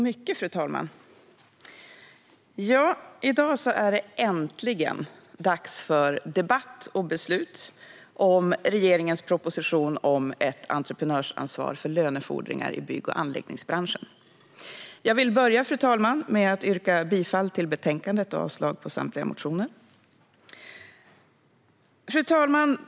Fru talman! I dag är det äntligen dags för debatt och beslut om regeringens proposition Ett entreprenörsansvar för lönefordringar i bygg och anläggningsbranschen . Fru talman! Jag vill börja med att yrka bifall till förslaget i betänkandet och avslag på samtliga motioner.